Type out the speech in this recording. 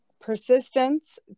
persistence